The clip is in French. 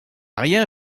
rien